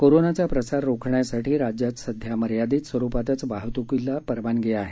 कोरोनाचा प्रसार रोखण्यासाठी राज्यात सध्या मर्यादीत स्वरुपातच वाहतुकीला परवानगी आहे